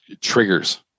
triggers